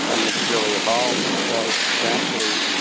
and it's really evolved fairly substantially,